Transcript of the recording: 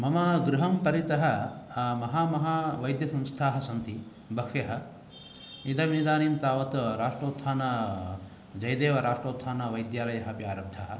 मम गृहं परित महामहा वैद्यसंस्था सन्ति बह्व्य इदमिदानीं तावत् राष्ट्रोत्थान जयदेव राष्ट्रोत्थानवैद्यालय अपि आरब्ध